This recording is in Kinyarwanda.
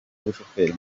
w’ubushoferi